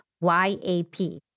Y-A-P